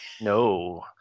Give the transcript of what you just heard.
No